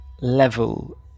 level